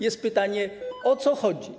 Jest pytanie: O co chodzi?